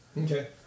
Okay